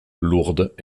lourdes